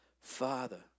Father